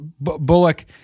Bullock